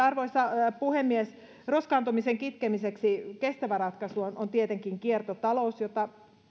arvoisa puhemies roskaantumisen kitkemiseksi kestävä ratkaisu on tietenkin kiertotalous jota